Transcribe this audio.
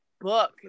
book